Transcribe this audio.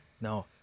No